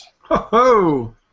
Ho-ho